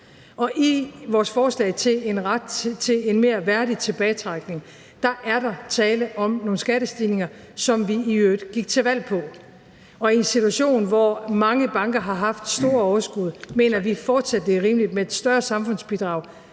I vores forslag til en ret til en mere værdig tilbagetrækning er der tale om nogle skattestigninger, som vi i øvrigt gik til valg på. Og i en situation, hvor mange banker har haft store overskud, mener vi fortsat, det er rimeligt med et større samfundsbidrag,